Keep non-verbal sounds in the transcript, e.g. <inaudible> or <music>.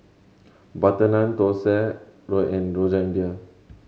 butter naan thosai <unintelligible> and Rojak India